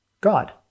God